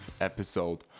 episode